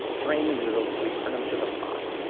drain the noodles return them to the pot.